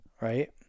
right